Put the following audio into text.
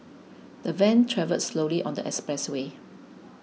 the van travelled slowly on the expressway